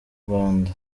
rwanda